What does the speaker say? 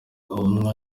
umwe